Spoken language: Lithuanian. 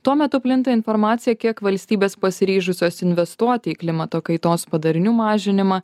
tuo metu plinta informacija kiek valstybės pasiryžusios investuot į klimato kaitos padarinių mažinimą